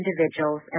individuals